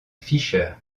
fischer